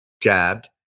jabbed